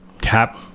tap